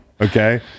Okay